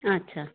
अच्छा